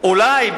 אולי,